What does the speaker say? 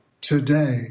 today